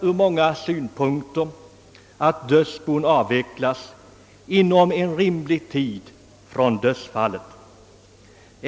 Det är ur många synpunkter önsk: värt att dödsbo avvecklas inom rimlig tid efter dödsfallet.